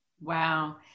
Wow